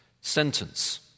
sentence